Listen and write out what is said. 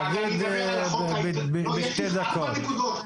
תגיד בשתי דקות.